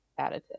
additive